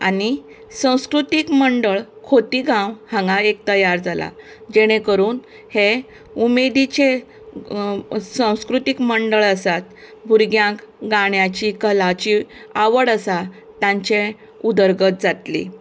आनी संस्कृतीक मंडळ खोतीगांव हांगा एक तयार जालां जेणें करून हे उमेदीचें संस्कृतीक मंडळ आसा भुरग्यांक गाण्याची कलाची आवड आसा तांचे उदरगत जातली